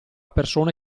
persone